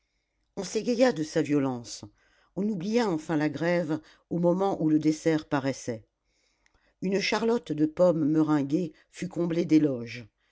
on s'égaya de sa violence on oublia enfin la grève au moment où le dessert paraissait une charlotte de pommes meringuée fut comblée d'éloges